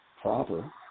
proper